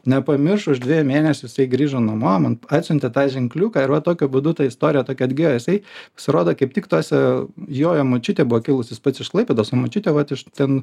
nepamiršo už dviejų mėnesius jisai grįžo namo man atsiuntė tą ženkliuką ir va tokiu būdu ta istorija tokia atgijo jisai pasirodo kaip tik tuose jojo močiutė buvo kilusius jis pats iš klaipėdos o močiutė vat iš ten